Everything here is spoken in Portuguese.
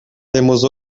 temos